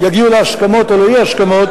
יגיעו להסכמות או לאי-הסכמות,